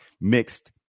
mixed